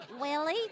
Willie